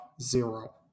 zero